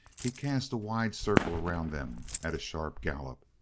he cast a wide circle around them at a sharp gallop,